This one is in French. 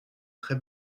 très